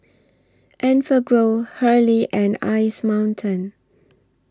Enfagrow Hurley and Ice Mountain